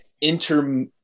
inter